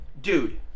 dude